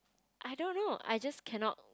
I don't know I just cannot